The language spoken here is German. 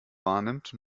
wahrnimmt